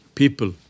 people